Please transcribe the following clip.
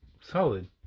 Solid